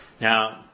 Now